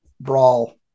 brawl